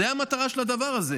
זאת המטרה של הדבר הזה.